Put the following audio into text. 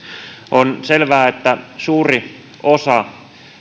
on selvää että suuri osa